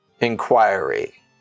inquiry